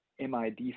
MID